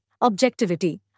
objectivity